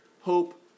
hope